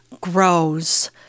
grows